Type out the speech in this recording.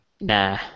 Nah